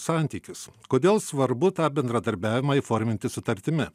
santykius kodėl svarbu tą bendradarbiavimą įforminti sutartimi